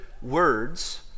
Words